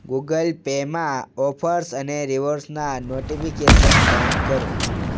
Google પેમાં offers અને રીવોર્ડસનાં નોટીફીકેસન બંધ કરો